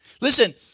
Listen